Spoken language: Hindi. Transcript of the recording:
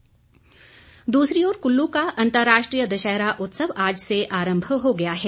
कुल्लू दशहरा दूसरी ओर कुल्लू का अंतर्राष्ट्रीय दशहरा उत्सव आज से आरंभ हो गया है